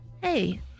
Hey